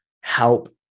help